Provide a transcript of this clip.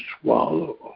swallow